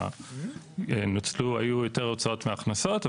היו יותר הוצאות מהכנסות.